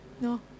No